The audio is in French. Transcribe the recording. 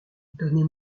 donnez